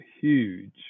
huge